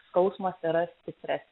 skausmas yra stipresnis